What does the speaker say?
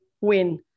win